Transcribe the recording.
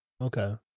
Okay